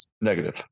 Negative